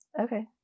Okay